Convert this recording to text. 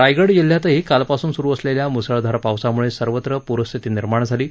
रायगड जिल्ह्यातही कालपासून स्रु असलेल्या म्सळधार पावसामुळे सर्वत्र प्रस्थिती निर्माण झाली आहे